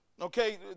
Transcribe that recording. okay